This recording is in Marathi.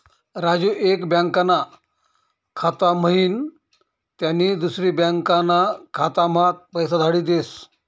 राजू एक बँकाना खाता म्हाईन त्यानी दुसरी बँकाना खाताम्हा पैसा धाडी देस